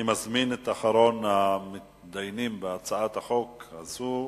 אני מזמין את אחרון המתדיינים בהצעת החוק הזאת,